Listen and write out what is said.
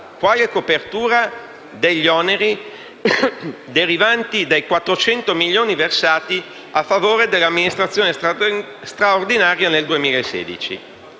quale copertura degli oneri derivanti dai 400 milioni versati a favore dell'amministrazione straordinaria nel 2016.